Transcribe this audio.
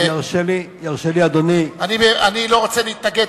אני לא רוצה להתנגד,